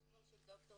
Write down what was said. של ד"ר